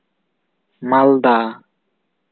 ᱢᱟᱞᱫᱟ